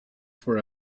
for